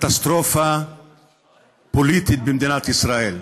קטסטרופה פוליטית במדינת ישראל.